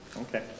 Okay